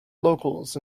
locals